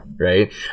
Right